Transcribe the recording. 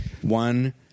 One